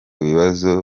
kibazo